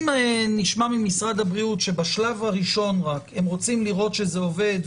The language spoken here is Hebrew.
אם נשמע ממשרד הבריאות שבשלב הראשון רק הם רוצים לראות שזה עובד,